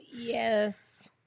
Yes